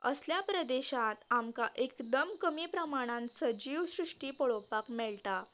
असल्या प्रदेशान आमकां एकदम कमी प्रमाणांत सजीव सृश्टी पळोवपाक मेळटा